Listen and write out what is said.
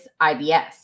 IBS